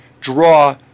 draw